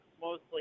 mostly